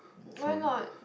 why not